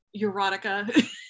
erotica